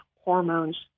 hormones